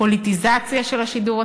פוליטיזציה של השידור הציבורי,